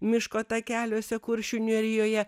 miško takeliuose kuršių nerijoje